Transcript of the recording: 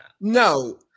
No